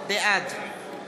בעד